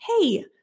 Hey